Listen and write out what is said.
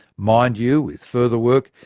mind you, with further work,